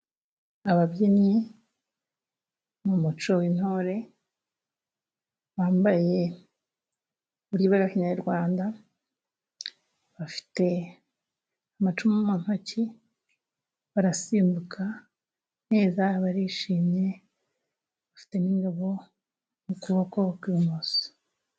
Ababyinnyi mu muco w'intore bambaye muri bo kinyarwanda, bafite amacumu mu ntoki, barasimbuka neza, barishimye bafite n'ingabo mu kuboko ku ibumoso.